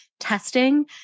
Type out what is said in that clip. Testing